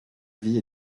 vie